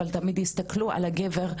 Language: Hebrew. אבל תמיד יסתכלו על הגבר,